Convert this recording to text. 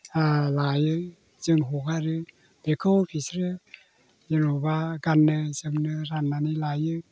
लायो जों हगारो बेखौ बिसोरो जेनेबा गाननो जोमनो राननानै लायो